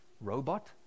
robot